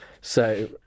So-